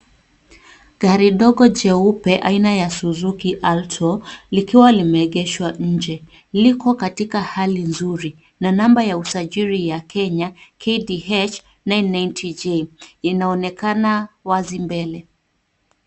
Gari dogo jeupe aina ya Suzuki alto likiwa limeegeshwa nje. Liko katika hali nzuri na namba ya usajili ya Kenya KDH 990J inaonekana wazi mbele.